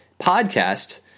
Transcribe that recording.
podcast